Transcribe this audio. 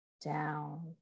down